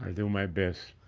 do my best.